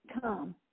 come